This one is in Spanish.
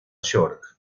york